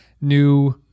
new